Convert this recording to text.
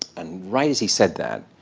and right as he said that,